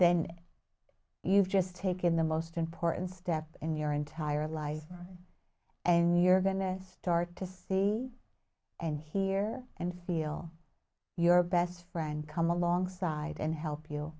then you've just taken the most important step in your entire life and you're going to start to see and hear and feel your best friend come alongside and help you